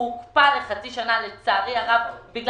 היא הוקפאה לחצי שנה לצערי הרב.